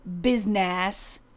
business